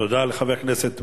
תודה לחבר הכנסת ברכה.